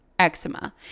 eczema